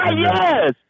Yes